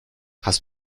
hast